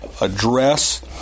address